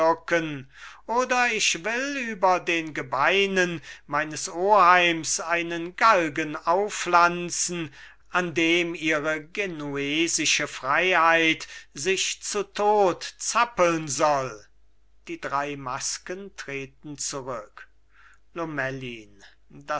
oder ich will über den gebeinen meines oheims einen galgen aufpflanzen an dem ihre genuesische freiheit sich zu tod zappeln soll die drei masken treten zurück lomellin